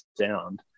sound